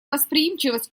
восприимчивость